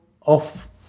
off